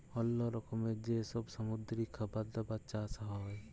অল্লো রকমের যে সব সামুদ্রিক খাবার দাবার চাষ হ্যয়